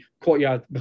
courtyard